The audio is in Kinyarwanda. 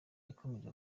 yakomeje